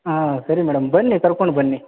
ಹಾಂ ಸರಿ ಮೇಡಮ್ ಬನ್ನಿ ಕರ್ಕೊಂಡು ಬನ್ನಿ